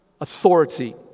authority